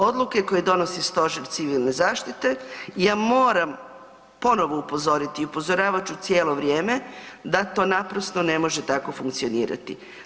Odluke koje donosi Stožer civilne zaštite ja moram ponovo upozoriti i upozoravat ću cijelo vrijeme da to naprosto ne može tako funkcionirati.